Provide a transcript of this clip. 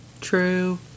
True